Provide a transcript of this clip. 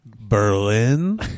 Berlin